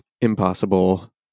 impossible